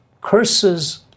curses